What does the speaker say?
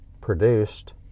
produced